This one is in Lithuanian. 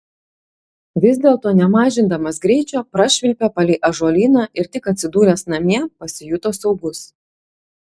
vis dėlto nemažindamas greičio prašvilpė palei ąžuolyną ir tik atsidūręs namie pasijuto saugus